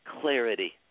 clarity